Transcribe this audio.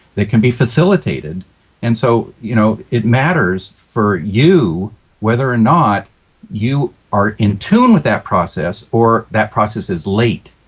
that can be facilitated and so you know it matters for you whether or not you are in tune with that process or that process is late.